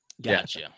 Gotcha